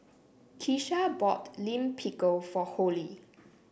Kisha bought Lime Pickle for Holli